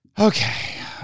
okay